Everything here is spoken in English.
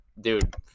dude